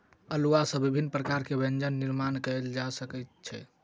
अउलुआ सॅ विभिन्न व्यंजन निर्माण कयल जा सकै छै